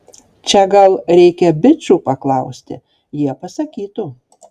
čia gal reikia bičų paklausti jie pasakytų